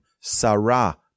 Sarah